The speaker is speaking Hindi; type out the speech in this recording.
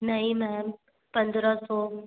नहीं मैम पन्द्रह सौ